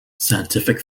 scientific